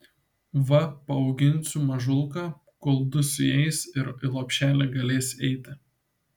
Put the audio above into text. va paauginsiu mažulką kol du sueis ir i lopšelį galės eiti